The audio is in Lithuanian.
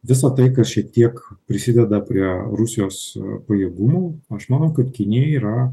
visa tai kas šiek tiek prisideda prie rusijos pajėgumų aš manau kad kinijai yra